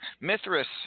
Mithras